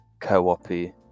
co-op-y